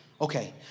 Okay